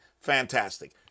Fantastic